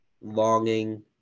longing